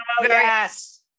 Yes